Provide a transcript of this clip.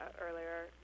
earlier